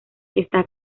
está